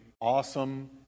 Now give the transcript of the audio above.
awesome